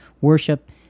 worship